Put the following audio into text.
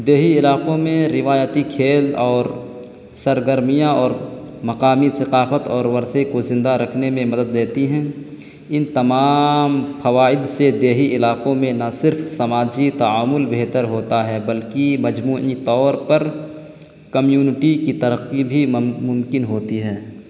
دیہی علاقوں میں روایتی کھیل اور سرگرمیاں اور مقامی ثقافت اور ورثے کو زندہ رکھنے میں مدد دیتی ہیں ان تمام فوائد سے دیہی علاقوں میں نہ صرف سماجی تعامل بہتر ہوتا ہے بلکہ مجموعی طور پر کمیونٹی کی ترقی بھی ممکن ہوتی ہے